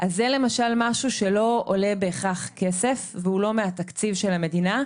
אז זה למשל משהו שלא עולה בהכרח כסף והוא לא מהתקציב של המדינה,